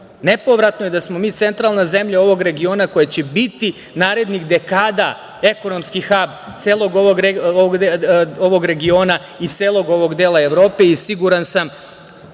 Nepovratno je da smo mi centralna zemlja ovog regiona koji će biti narednih dekada ekonomski hab celog ovog regiona i celog ovog dela Evrope i siguran sam